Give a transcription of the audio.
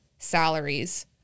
salaries